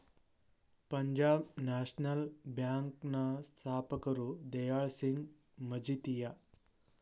Punjab national bank ನ ಸ್ಥಾಪಕರು ದಯಾಳ್ ಸಿಂಗ್ ಮಜಿತಿಯ